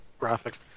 graphics